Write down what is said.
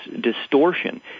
distortion